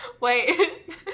Wait